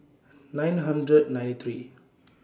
nine hundred ninety three